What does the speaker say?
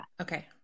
Okay